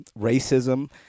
racism